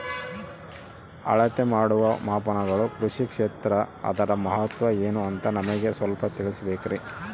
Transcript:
ಅಳತೆ ಮಾಡುವ ಮಾಪನಗಳು ಕೃಷಿ ಕ್ಷೇತ್ರ ಅದರ ಮಹತ್ವ ಏನು ಅಂತ ನಮಗೆ ಸ್ವಲ್ಪ ತಿಳಿಸಬೇಕ್ರಿ?